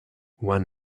one